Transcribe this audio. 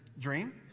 dream